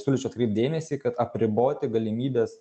siūlyčiau atkreipt dėmesį kad apriboti galimybes